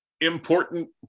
important